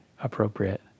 appropriate